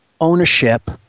ownership